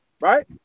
right